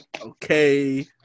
okay